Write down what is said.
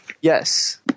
Yes